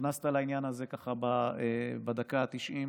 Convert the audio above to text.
נכנסת לעניין הזה ככה בדקה ה-90.